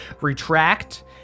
retract